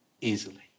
easily